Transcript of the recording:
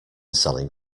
selling